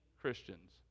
Christians